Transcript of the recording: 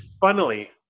funnily